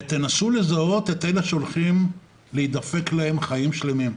ותנסו לזהות את אלה שהולכים להידפק להם חיים שלמים.